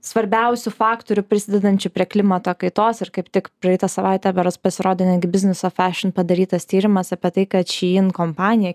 svarbiausių faktorių prisidedančių prie klimato kaitos ir kaip tik praeitą savaitę berods pasirodė netgi biznis of fešin padarytas tyrimas apie tai kad šyin kompanija